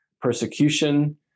persecution